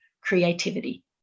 creativity